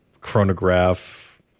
chronograph